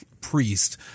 priest